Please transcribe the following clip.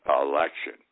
election